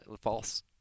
false